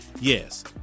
Yes